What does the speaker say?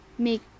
make